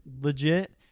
legit